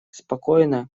спокойно